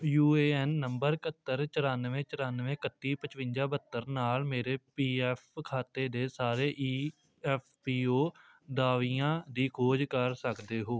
you A N number ਇਕਹੱਤਰ ਚੁਰਾਨਵੇਂ ਚੁਰਾਨਵੇਂ ਇਕੱਤੀ ਪਚਵੰਜਾ ਬਹੱਤਰ ਨਾਲ ਮੇਰੇ ਪੀ ਐਫ ਖਾਤੇ ਦੇ ਸਾਰੇ ਈ ਐਫ ਪੀ ਓ ਦਾਅਵਿਆਂ ਦੀ ਖੋਜ ਕਰ ਸਕਦੇ ਹੋ